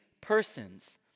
persons